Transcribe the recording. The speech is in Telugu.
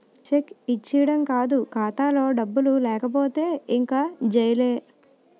చెక్ ఇచ్చీడం కాదు ఖాతాలో డబ్బులు లేకపోతే ఇంక జైలే